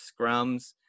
scrums